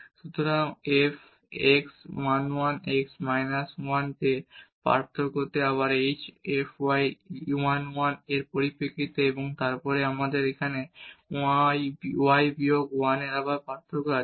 সুতরাং f x 1 1 x minus 1 তে এই পার্থক্য আবার h f y 1 1 এর পরিপ্রেক্ষিতে এবং তারপরে আমাদের এখানে y বিয়োগ 1 আবার পার্থক্য আছে